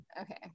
okay